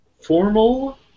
Formal